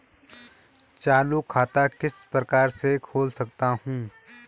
चालू खाता किस प्रकार से खोल सकता हूँ?